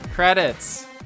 credits